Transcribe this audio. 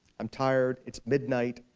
i'm tired, it's midnight,